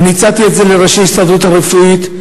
אני הצעתי את זה לראשי ההסתדרות הרפואית,